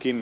kim